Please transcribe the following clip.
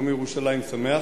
יום ירושלים שמח.